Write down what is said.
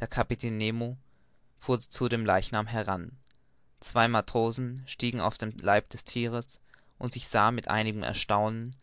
der kapitän nemo fuhr zu dem leichnam heran zwei matrosen stiegen auf den leib des thieres und ich sah mit einigem erstaunen